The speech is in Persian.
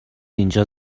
اینجا